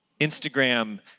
Instagram